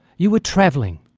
you were travelling,